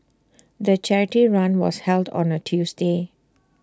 the charity run was held on A Tuesday